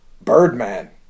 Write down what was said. Birdman